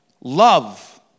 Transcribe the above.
love